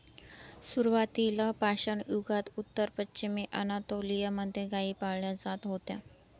सुरुवातीला पाषाणयुगात उत्तर पश्चिमी अनातोलिया मध्ये गाई पाळल्या जात होत्या